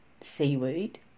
seaweed